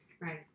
Right